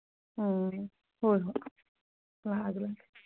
ꯎꯝ ꯍꯣꯏ ꯍꯣꯏ ꯂꯥꯛꯑꯒꯦ ꯂꯥꯛꯑꯒꯦ